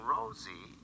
Rosie